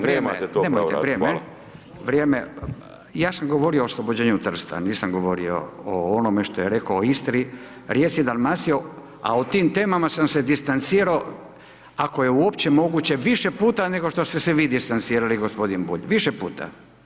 Vrijeme, ja sam govorio o oslobođenju Trsta nisam govorio o onome što je rekao o Istri, Rijeci, Dalmaciji, a o tim temama sam se distancirao ako je uopće moguće više puta nego što ste se vi distancirali gospodin Bulj, više puta.